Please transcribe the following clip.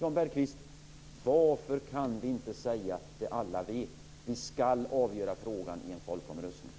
Jan Bergqvist! Varför kan vi inte säga det alla vet, nämligen att vi ska avgöra frågan i en folkomröstning?